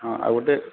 ହଁ ଆଉ ଗୋଟେ